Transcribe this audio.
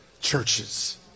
Churches